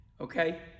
okay